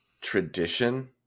tradition